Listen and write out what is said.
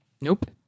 Nope